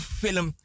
film